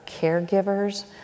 caregivers